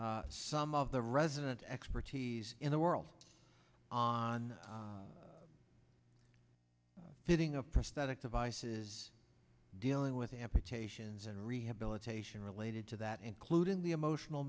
t some of the residents expertise in the world on getting a prosthetic devices dealing with amputations and rehabilitation related to that including the emotional